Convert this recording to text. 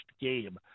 game